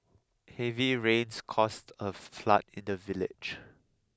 heavy rains caused a flood in the village